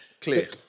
clear